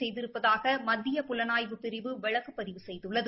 செய்திருப்பதாக மத்திய புலனாய்வு பிரிவு வழக்கு பதிவு செய்துள்ளது